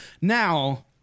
now